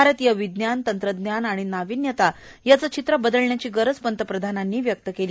भारतीय विज्ञान तंत्रज्ञान आणि नावीन्यता याची चित्र बदलण्याची गरज पंतप्रधानांनी व्यक्त केली